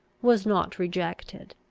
was not rejected.